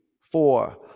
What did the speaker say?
four